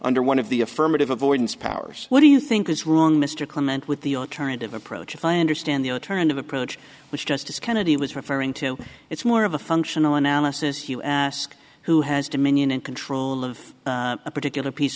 under one of the affirmative avoidance powers what do you think is wrong mr clement with the alternative approach if i understand the alternative approach which justice kennedy was referring to it's more of a functional analysis you ask who has dominion and control of a particular piece